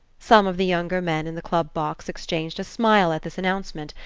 some of the younger men in the club box exchanged a smile at this announcement,